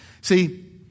See